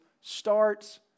starts